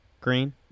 Green